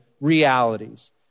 realities